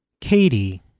Katie